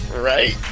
right